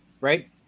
right